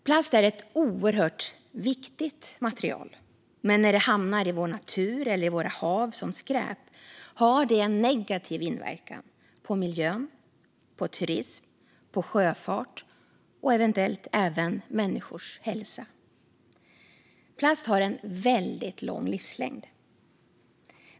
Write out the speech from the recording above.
Plast är ett oerhört viktigt material, men när det hamnar i vår natur eller i våra hav som skräp har det en negativ inverkan på miljö, på turism, på sjöfart och eventuellt även på människors hälsa. Plast har väldigt lång livslängd.